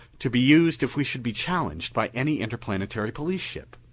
to be used if we should be challenged by any interplanetary police ship.